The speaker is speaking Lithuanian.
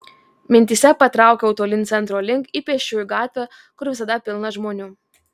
mintyse patraukiau tolyn centro link į pėsčiųjų gatvę kur visada pilna žmonių